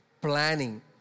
planning